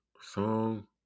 Song